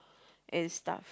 and stuff